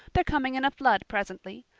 they're coming in a flood presently.